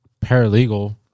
paralegal